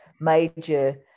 major